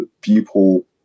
people